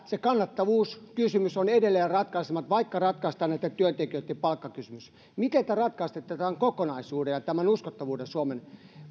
se kannattavuuskysymys on edelleen ratkaisematta vaikka ratkaistaan näitten työntekijöitten palkkakysymys miten te ratkaisette tämän kokonaisuuden ja tämän uskottavuuden suomen